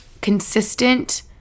consistent